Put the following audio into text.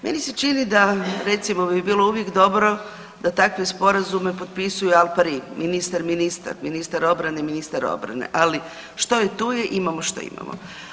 Meni se čini da recimo bi bilo uvijek dobro da takve sporazume potpisuju al pari, ministar-ministar, ministar obrane, ministar obrane, ali što je tu je, imamo što imamo.